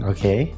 Okay